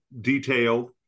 detailed